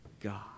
God